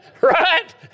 right